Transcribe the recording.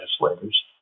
legislators